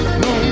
no